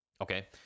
okay